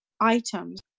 items